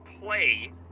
play